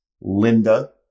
Linda